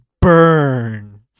Burn